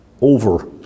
over